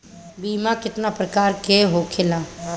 बीमा केतना प्रकार के होखे ला?